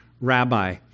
rabbi